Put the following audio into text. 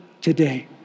today